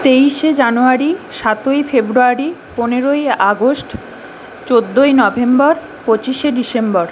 তেইশে জানুয়ারি সাতই ফেব্রুয়ারি পনেরোই আগস্ট চৌদ্দই নভেম্বর পঁচিশে ডিসেম্বর